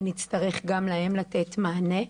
ונצטרך גם להם לתת מענה.